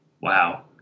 Wow